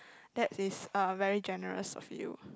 that is uh very generous of you